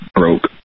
broke